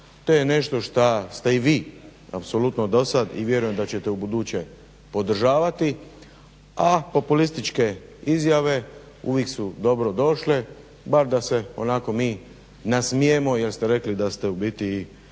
to je nešto što ste i vi apsolutno dosad i vjerujem da ćete ubuduće podržavati, a populističke izjave uvijek su dobrodošle bar da se onako mi nasmijemo jer ste rekli da ste u biti i